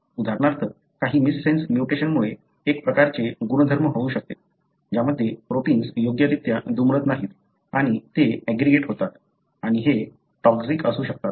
उदाहरणार्थ काही मिससेन्स म्युटेशन्समुळे एक प्रकारचे गुणधर्म होऊ शकते ज्यामध्ये प्रोटिन्स योग्यरित्या दुमडत नाहीत आणि ते ऍग्रीगेट होतात आणि हे टॉक्सिक असू शकतात